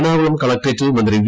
എറണാകുളം കളക്ട്രേറ്റിൽ മന്ത്രി വി